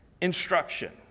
instruction